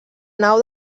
nau